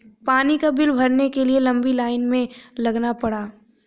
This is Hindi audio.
पानी का बिल भरने के लिए लंबी लाईन में लगना पड़ा